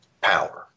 power